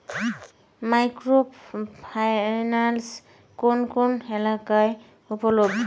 Micro finance কোন কোন এলাকায় উপলব্ধ?